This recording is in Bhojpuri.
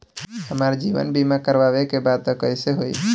हमार जीवन बीमा करवावे के बा त कैसे होई?